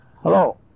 Hello